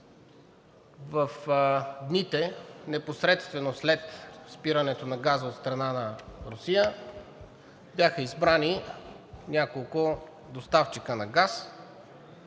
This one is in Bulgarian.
в дните непосредствено след спирането на газа от страна на Русия бяха избрани няколко доставчика на газ?